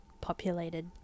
populated